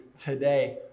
today